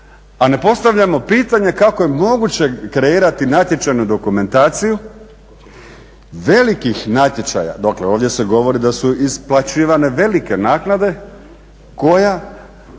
A ne postavljamo pitanje kako je moguće kreirati natječajnu dokumentaciju velikih natječaja, dakle ovdje se govori da su isplaćivane velike naknade, koje